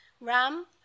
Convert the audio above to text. Ram